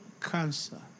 cancer